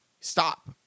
stop